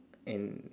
and